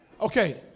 Okay